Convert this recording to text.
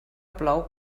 plou